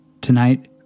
Tonight